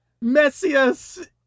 Messias